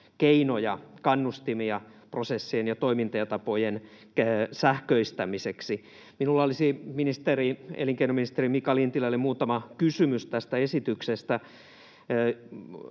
keinoja, kannustimia prosessien ja toimintatapojen sähköistämiseksi. Minulla olisi elinkeinoministeri Mika Lintilälle muutama kysymys tästä esityksestä.